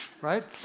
right